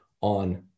on